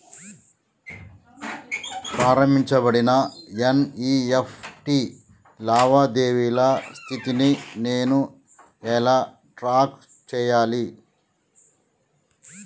ప్రారంభించబడిన ఎన్.ఇ.ఎఫ్.టి లావాదేవీల స్థితిని నేను ఎలా ట్రాక్ చేయాలి?